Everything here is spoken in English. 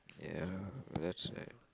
yeah that's uh